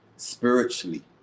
spiritually